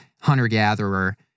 hunter-gatherer